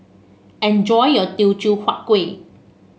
enjoy your Teochew Huat Kueh